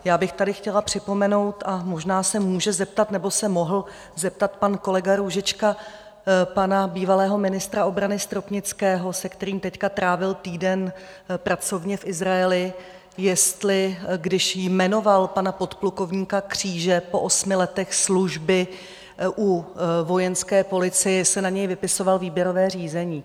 Já bych tady chtěla připomenout a možná se může zeptat nebo se mohl zeptat pan kolega Růžička pana bývalého ministra obrany Stropnického, se kterým teď trávil týden pracovně v Izraeli jestli když jmenoval pana podplukovníka Kříže po osmi letech služby u Vojenské policie, jestli na něj vypisoval výběrové řízení.